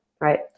right